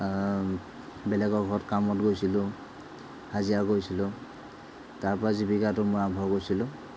বেলেগৰ ঘৰত কাম বন কৰিছিলোঁ হাজিৰা কৰিছিলোঁ তাৰপৰা জীৱিকাটো মই আৰম্ভ কৰিছিলোঁ